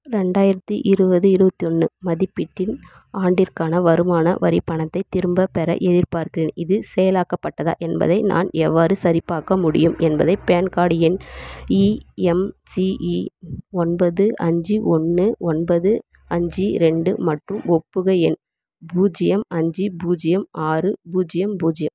ரெண்டாயிரத்தி இருபது இருபத்தி ஒன்று மதிப்பீட்டின் ஆண்டிற்கான வருமான வரிப்பணத்தை திரும்ப பெற எதிர்பார்க்கு இது செயலாக்கப்பட்டதா என்பதை நான் எவ்வாறு சரிபார்க்க முடியும் என்பதை பேன் கார்ட் எண் இஎம்சிஇ ஒன்பது அஞ்சு ஒன்று ஒன்பது அஞ்சு ரெண்டு மற்றும் ஒப்புக எண் பூஜ்யம் அஞ்சு பூஜ்யம் ஆறு பூஜ்யம் பூஜ்யம்